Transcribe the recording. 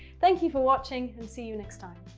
thank you for watching and see you next time.